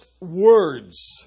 words